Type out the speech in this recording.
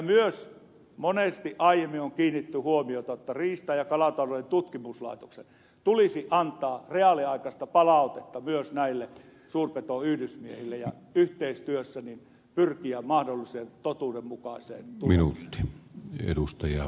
myös monesti aiemmin on kiinnitetty huomiota siihen että riista ja kalatalouden tutkimuslaitoksen tulisi antaa reaaliaikaista palautetta myös näille suurpetoyhdysmiehille ja yhteistyössä pyrkiä mahdollisimman totuudenmukaiseen tulokseen